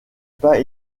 pas